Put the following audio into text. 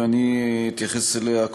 ואני אתייחס אליה,